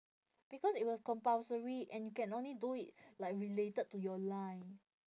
because it was compulsory and you can only do it like related to your line